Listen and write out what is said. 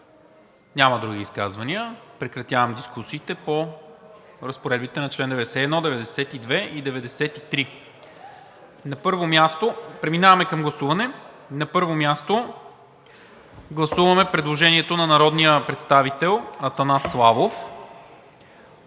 Други изказвания? Няма. Прекратявам дискусията по разпоредбите на членове 91, 92 и 93. Преминаваме към гласуване. На първо място гласуваме предложението на народния представител Атанас Славов –